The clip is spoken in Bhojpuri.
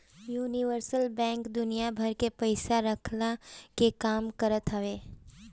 यूनिवर्सल बैंक दुनिया भर के पईसा रखला के काम करत हवे